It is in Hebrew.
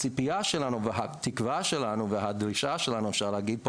הציפייה שלנו והתקווה שלנו והדרישה שלנו אפשר להגיד,